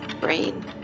brain